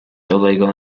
illegal